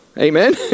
amen